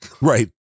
Right